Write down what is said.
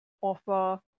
offer